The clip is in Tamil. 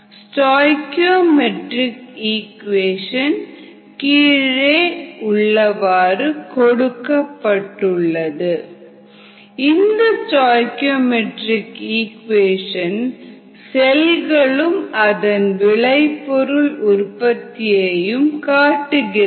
ஸ்டாஇகீஓமெட்ரிக் இக்குவேஷன் கீழே உள்ளவாறு CHmO1 aNH3 bO2 yxCHpOnNq ypCHrOsNt cH2OdCO2 இந்த ஸ்டாஇகீஓமெட்ரிக் இக்குவேஷன் செல்களும் அதன் விளைபொருள் உற்பத்தியையும் காட்டுகிறது